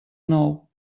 nou